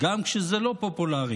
גם כשזה לא פופולרי